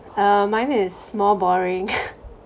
um mine is more boring